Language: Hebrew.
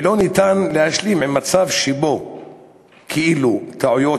ואין אפשרות להשלים עם מצב שבו כאילו טעויות